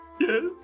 yes